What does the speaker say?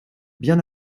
bien